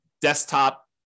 desktop